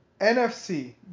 NFC